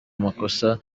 amakosa